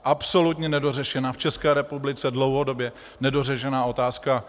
Absolutně nedořešená, v České republice dlouhodobě nedořešená otázka.